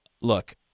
look